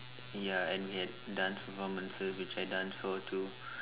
ya and we had dance performances which I dance for too